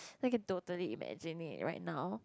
I can totally imagine it right now